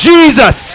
Jesus